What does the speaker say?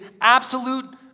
absolute